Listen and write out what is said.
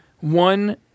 one